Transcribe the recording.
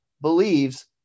believes